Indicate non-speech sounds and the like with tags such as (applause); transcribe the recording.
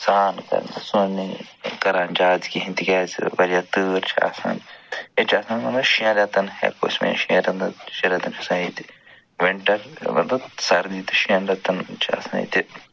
سرٛان (unintelligible) کران زیادٕ کِہیٖنۍ تِکیٛازِ واریاہ تۭر چھِ آسان أسۍ چھِ آسان (unintelligible) شٮ۪ن رٮ۪تَن ہٮ۪کو أسۍ ؤنِتھ شٮ۪ن رٮ۪تَن شٮ۪ن رٮ۪تَن چھِ آسان ییٚتہِ وِنٹَر مطلب سردی تہِ شٮ۪ن رٮ۪تَن چھِ آسان ییٚتہِ